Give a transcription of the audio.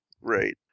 Right